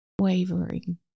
wavering